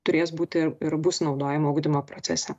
turės būti ir ir bus naudojama ugdymo procese